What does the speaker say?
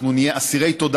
אנחנו תמיד אסירי תודה